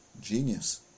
Genius